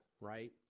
right